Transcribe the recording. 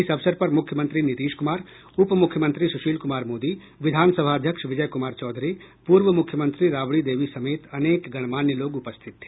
इस अवसर पर मूख्यमंत्री नीतीश कुमार उपमुख्यमंत्री सुशील कुमार मोदी विधान सभा अध्यक्ष विजय कुमार चौधरी पूर्व मुख्यमंत्री राबड़ी देवी समेत अनेक गणमान्य लोग उपस्थित थे